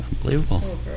unbelievable